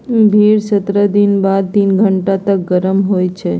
भेड़ सत्रह दिन बाद तीस घंटा तक गरम होइ छइ